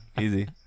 easy